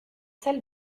celle